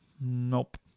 Nope